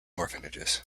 orphanages